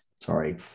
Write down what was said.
sorry